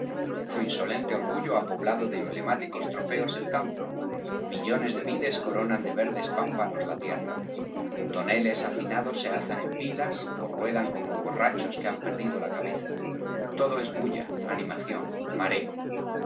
su insolente orgullo ha poblado de emblemáticos trofeos el campo millones de vides coronan de verdes pámpanos la tierra toneles hacinados se alzan en pilas ó ruedan como borrachos que han perdido la cabeza todo es bulla animación mareo